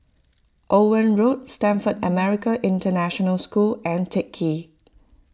Owen Road Stamford American International School and Teck Ghee